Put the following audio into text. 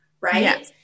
right